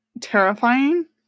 terrifying